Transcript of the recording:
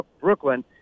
Brooklyn